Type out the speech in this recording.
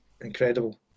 Incredible